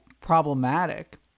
problematic